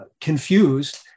confused